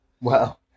Wow